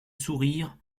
sourire